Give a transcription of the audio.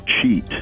cheat